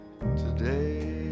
today